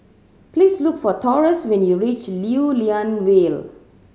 please look for Taurus when you reach Lew Lian Vale